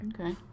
Okay